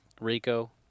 Rico